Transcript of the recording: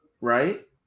right